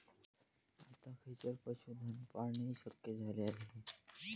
आता खेचर पशुधन पाळणेही शक्य झाले आहे